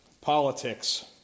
politics